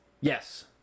Yes